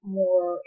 more